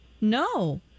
No